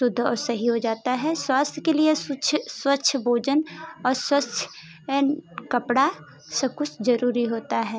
शुद्ध और सही हो जाता है स्वास्थय के लिए स्वच्छ स्वच्छ भोजन और स्वच्छ कपड़ा सब कुछ जरूरी होता है